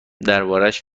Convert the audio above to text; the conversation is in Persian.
دربارهاش